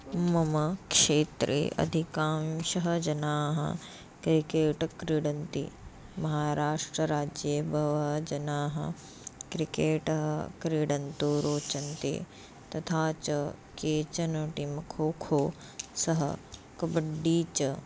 मम क्षेत्रे अधिकांशः जनाः क्रीकेट् क्रीडन्ति महाराष्ट्रराज्ये बहवः जनाः क्रिकेटा क्रीडन्तु रोचन्ते तथा च केचन टिं खोखो सह कब्बड्डी च